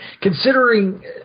considering